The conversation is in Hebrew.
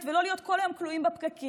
ולא להיות כל היום כלואים בפקקים,